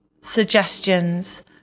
suggestions